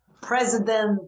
president